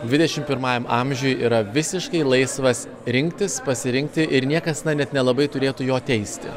dvidešim pirmajam amžiuj yra visiškai laisvas rinktis pasirinkti ir niekas net nelabai turėtų jo teisti